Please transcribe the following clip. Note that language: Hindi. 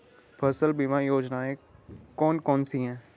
फसल बीमा योजनाएँ कौन कौनसी हैं?